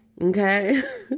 Okay